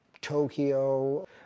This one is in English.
Tokyo